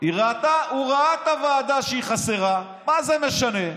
הוא ראה את הוועדה, שהיא חסרה, מה זה משנה?